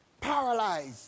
paralyzed